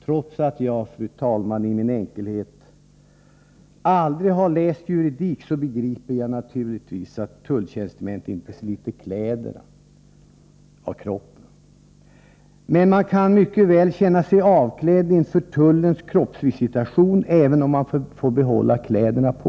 Trots att jag, fru talman, i min enkelhet aldrig har läst juridik, så begriper jag naturligtvis att tulltjänstemännen inte sliter kläderna av kroppen på resenärerna. Men man kan mycket väl känna sig avklädd inför tullens kroppsvisitation även om man får behålla kläderna på.